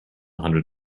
hundred